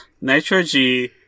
Nitro-G